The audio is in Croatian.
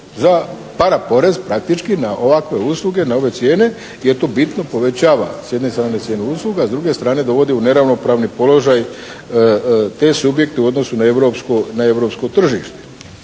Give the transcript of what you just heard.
paraporez praktički na ovakve usluge, na ove cijene jer to bitno povećava s jedne strane cijenu usluga, a s druge strane dovodi u neravnopravni položaj te subjekte u odnosu na europsko tržište.